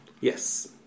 Yes